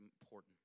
important